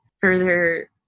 further